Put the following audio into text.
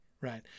Right